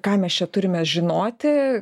ką mes čia turime žinoti